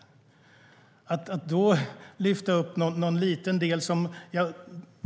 Då lyfts någon liten del upp.